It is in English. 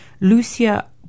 Lucia